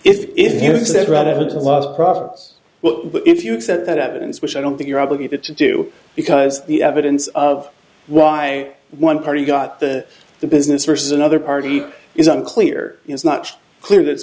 well if you accept that evidence which i don't think you're obligated to do because the evidence of why one party got the the business versus another party is unclear it's not clear that's